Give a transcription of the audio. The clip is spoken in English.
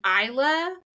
Isla